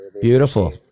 Beautiful